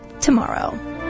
tomorrow